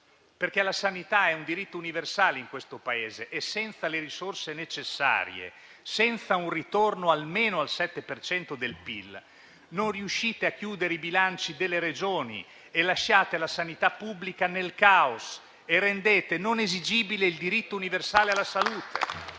perché la sanità è un diritto universale in questo Paese e senza le risorse necessarie, senza un ritorno almeno a una quota del 7 per cento del PIL, non riuscirete a chiudere i bilanci delle Regioni, lasciando la sanità pubblica nel caos, rendendo non esigibile il diritto universale alla salute.